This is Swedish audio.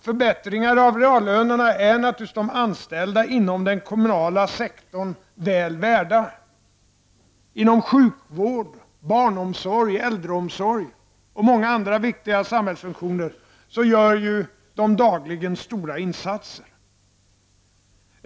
Förbättringar av reallönerna är naturligtvis de anställda inom den kommunala sektorn väl värda. Inom sjukvård, barnomsorg och äldreomsorg och inom många andra viktiga samhällsfunktioner gör ju dessa människor dagligen stora insatser.